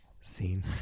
Scene